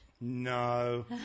No